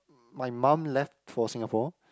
my mum left for Singapore